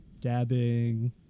dabbing